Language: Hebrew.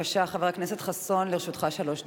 בבקשה, חבר הכנסת חסון, לרשותך שלוש דקות.